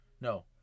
No